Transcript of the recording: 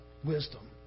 Wisdom